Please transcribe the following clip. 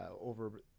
over